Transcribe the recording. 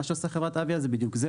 מה שעושה חברת AVIA זה בדיוק זה.